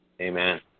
Amen